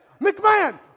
McMahon